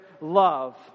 love